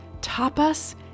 Tapas